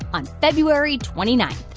on february twenty nine.